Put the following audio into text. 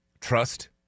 trust